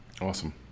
Awesome